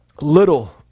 little